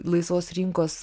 laisvos rinkos